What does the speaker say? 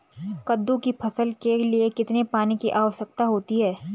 कद्दू की फसल के लिए कितने पानी की आवश्यकता होती है?